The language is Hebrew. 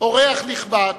אורח נכבד,